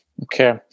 Okay